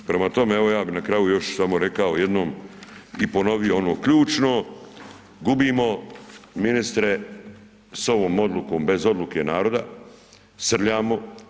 Prema tome, evo ja bi na kraju još samo jednom i ponovio ono ključno, gubimo ministre s ovom odlukom bez odluke naroda, srljamo.